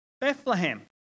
Bethlehem